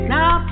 Now